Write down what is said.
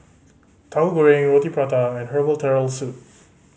Tauhu Goreng Roti Prata and herbal Turtle Soup